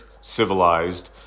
civilized